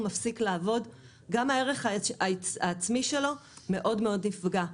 מפסיק לעבוד גם הערך העצמי שלו מאוד מאוד נפגע.